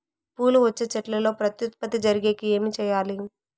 పూలు వచ్చే చెట్లల్లో ప్రత్యుత్పత్తి జరిగేకి ఏమి చేయాలి?